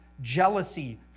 jealousy